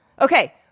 Okay